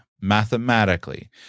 mathematically